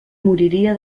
moriria